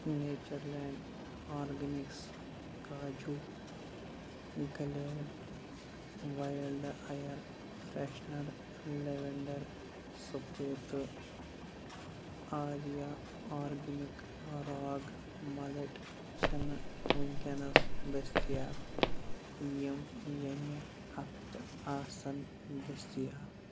nature land organics کاجوٗ glade wild air freshener lavender spray تہٕ Aria organic راگ millet چھَنہٕ وٕنۍکٮ۪نَس دٔستِیاب یِم ییٚمہِ ہَفتہٕ آسَن دٔستِیاب